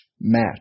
match